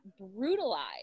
brutalized